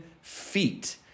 feet